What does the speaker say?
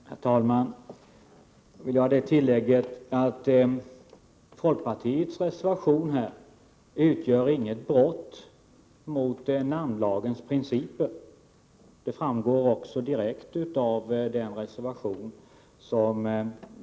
Herr talman! Jag vill göra det tillägget att förslaget i folkpartiets reservation inte utgör något brott mot namnlagens principer. Det framgår också direkt av reservationen.